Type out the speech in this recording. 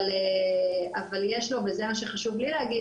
אבל יש לו וזה מה שחשוב לי להגיד,